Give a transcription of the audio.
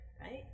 right